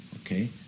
Okay